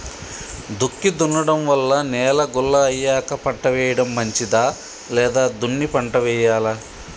దుక్కి దున్నడం వల్ల నేల గుల్ల అయ్యాక పంట వేయడం మంచిదా లేదా దున్ని పంట వెయ్యాలా?